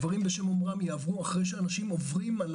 דברים בשם אומרם יעברו אחרי שאנשים עוברים על